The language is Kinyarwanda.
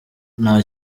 nta